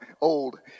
old